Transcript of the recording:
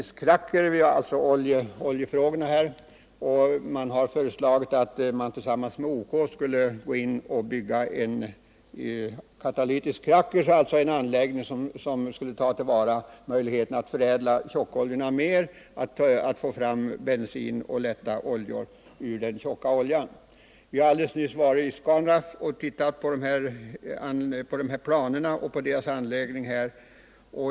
Socialdemokraterna har i motionen föreslagit att samhället i samarbete med OK skall bygga en katalytisk kracker, dvs. en anläggning där man kan ta till vara möjligheterna att genom en ytterligare förädling av tjockoljorna framställa bensin och lätta oljor. Vi har alldeles nyligen varit i Scanraff i Lysekil och tittat på dessa planer och på anläggningen.